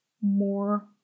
more